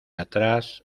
atrás